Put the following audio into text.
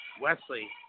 Wesley